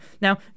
Now